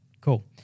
Cool